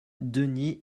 dennis